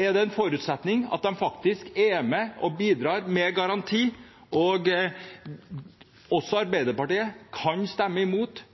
er det en forutsetning at de faktisk er med og bidrar med garanti. Også Arbeiderpartiet kan stemme imot